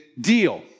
deal